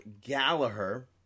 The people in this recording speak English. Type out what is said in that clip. Gallagher